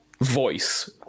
voice